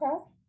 okay